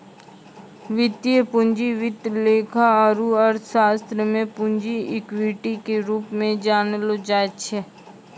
वित्तीय पूंजी वित्त लेखा आरू अर्थशास्त्र मे पूंजी इक्विटी के रूप मे जानलो जाय छै